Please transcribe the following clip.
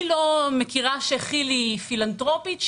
אני לא מכירה שכי"ל היא פילנתרופית,